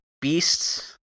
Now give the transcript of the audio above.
Beast's